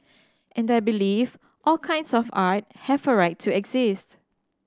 and I believe all kinds of art have a right to exist